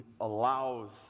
allows